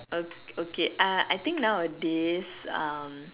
o~ okay uh I think nowadays um